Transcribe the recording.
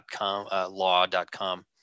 law.com